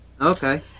Okay